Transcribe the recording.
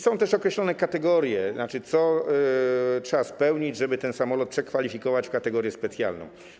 Są też określone kategorie, warunki, jakie trzeba spełnić, żeby ten samolot przekwalifikować na kategorię specjalną.